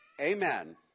Amen